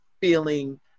feeling